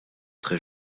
très